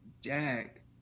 Jack